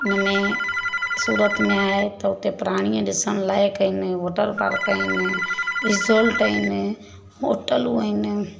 हिन में सूरत में आहे त उते प्राणीअ ॾिसण लाइक आहिनि वॉटरपार्क आहिनि रिज़ॉल्ट आहिनि होटलूं आहिनि